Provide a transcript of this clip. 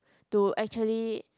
to actually